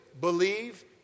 Believe